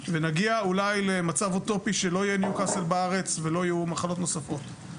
ונגיע אולי למצב אוטופי שלא יהיה ניו קאסל בארץ ולא יהיו מחלות נוספות,